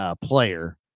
player